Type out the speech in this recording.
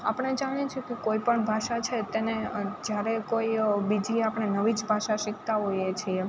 આપણે જાણી છીકે કોઈપણ ભાષા છે તેને જ્યારે કોઈ બીજી આપણે નવીજ ભાષા શિખતા હોઈએ છીએ